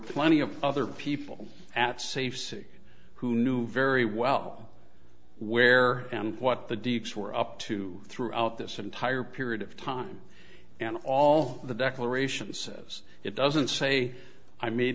plenty of other people at safe city who knew very well where what the deeps were up to throughout this entire period of time and all the declarations says it doesn't say i m